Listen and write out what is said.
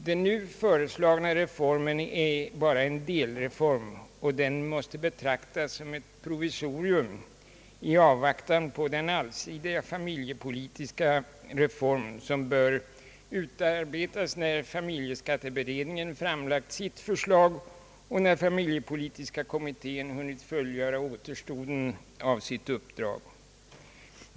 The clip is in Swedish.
Den nu föreslagna reformen är bara en delreform, och den måste betraktas som ett provisorium i avvaktan på den allsidiga familjepolitiska reform som bör utarbetas när familjeskatteberedningen framlagt sitt förslag och när familjepolitiska kommittén hunnit fullgöra återstoden av sitt uppdrag.